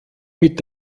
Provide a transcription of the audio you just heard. mit